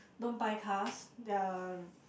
don't buy cars they're